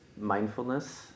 mindfulness